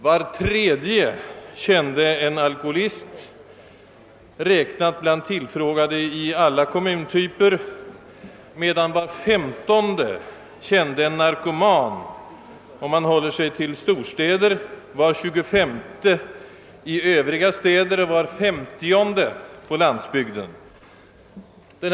Var tredje kände en alkoholist, räknat bland tillfrågade i alla kommuntyper, medan var femtonde i storstäderna, var tjugofemte i övriga städer och var femtionde på landsbygden kände en narkoman.